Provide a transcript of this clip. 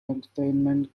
entertainment